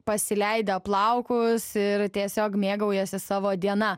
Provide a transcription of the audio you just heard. pasileidę plaukus ir tiesiog mėgaujasi savo diena